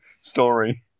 story